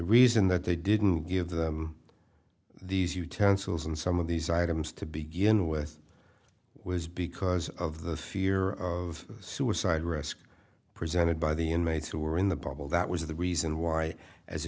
reason that they didn't give them these utensils and some of these items to begin with was because of the fear of suicide risk presented by the inmates who were in the bubble that was the reason why as a